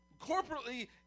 corporately